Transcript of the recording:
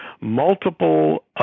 multiple